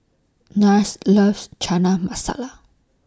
Nash loves Chana Masala